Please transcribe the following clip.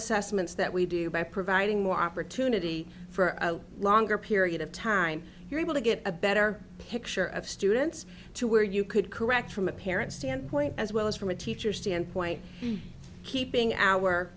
assessments that we do by providing more opportunity for a longer period of time you're able to get a better picture of students to where you could correct from a parent's standpoint as well as from a teacher standpoint keeping our